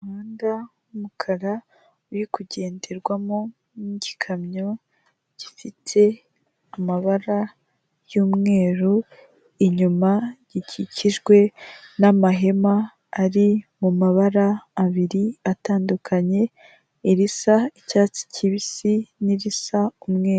Umuhanda w'umukara urikugenderwamo n'igikamyo gifite amabara y'umweru, inyuma gikikijwe n'amahema ari mu mabara abiri atandukanye irisa icyatsi kibisi n'irisa umweru.